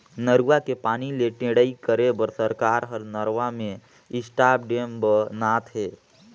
नरूवा के पानी ले टेड़ई करे बर सरकार हर नरवा मन में स्टॉप डेम ब नात हे